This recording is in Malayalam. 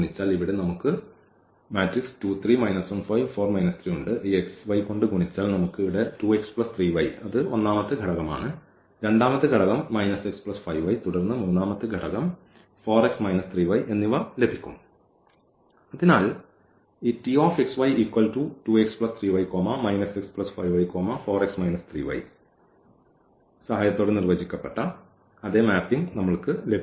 ഇവിടെ നമുക്ക് ഉണ്ട് ഈ കൊണ്ട് ഗുണിച്ചാൽ നമുക്ക് ഇവിടെ 2x3y അത് ഒന്നാമത്തെ ഘടകമാണ് രണ്ടാമത്തെ ഘടകം x5y തുടർന്ന് മൂന്നാമത്തെ ഘടകം 4x 3y എന്നിവ ലഭിക്കും അതിനാൽ ഈ സഹായത്തോടെ നിർവചിക്കപ്പെട്ട അതേ മാപ്പിംഗ് നമ്മൾക്ക് ലഭിക്കുന്നു